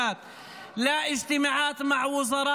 ( בפתרון שתי מדיניות,